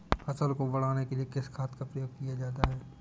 फसल को बढ़ाने के लिए किस खाद का प्रयोग किया जाता है?